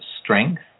strength